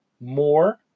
more